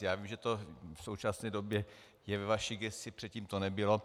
Já vím, že to v současné době je ve vaší gesci, předtím to nebylo.